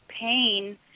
pain